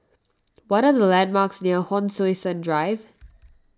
what are the landmarks near Hon Sui Sen Drive